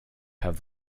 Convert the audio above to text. have